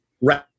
Right